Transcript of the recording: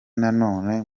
nanone